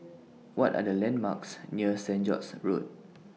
What Are The landmarks near Saint George's Road